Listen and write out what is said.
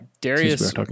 Darius